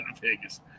Vegas